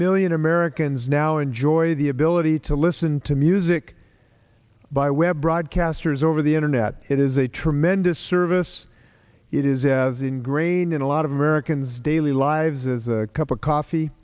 million americans now enjoy the ability to listen to music by web broadcasters over the internet it is a tremendous service it is as ingrained in a lot of americans daily lives as a cup of coffee